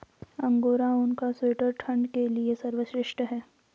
angora ऊन का sweater ठंड के लिए सर्वश्रेष्ठ है